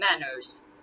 manners